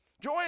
Joy